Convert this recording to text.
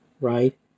right